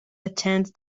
attend